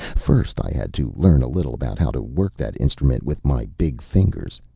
first i had to learn a little about how to work that instrument with my big fingers.